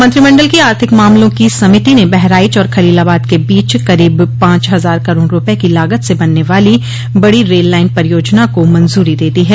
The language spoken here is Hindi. मंत्रिमंडल की आर्थिक मामलों की समिति ने बहराइच और खलीलाबाद के बीच करीब पांच हजार करोड़ रूपये की लागत से बनने वाली बड़ी रेल लाइन परियोजना को मंजूरी दे दी है